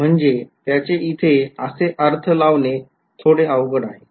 म्हणजे त्याचे इथे असे अर्थ लावणे थोडे अवघड आहे